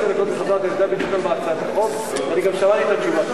הייתי, ואני גם שמעתי את התשובה.